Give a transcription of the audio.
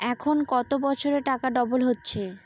এখন কত বছরে টাকা ডবল হচ্ছে?